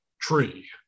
Tree